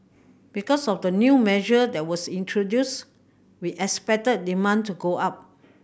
because of the new measure that was introduced we expected demand to go up